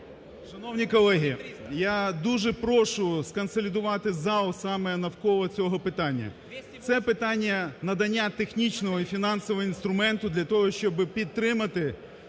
Шановні колеги, я дуже прошу сконсолідувати зал саме навколо цього питання – це питання надання технічного і фінансового інструменту для того, щоби підтримати